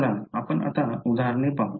चला आपण आता उदाहरणे पाहू